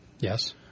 Yes